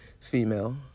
female